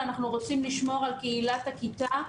אלא אנחנו רוצים לשמור על קהילת הכיתה,